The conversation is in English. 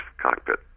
cockpit